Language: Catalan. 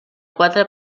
quatre